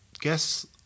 guess